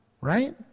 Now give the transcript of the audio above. Right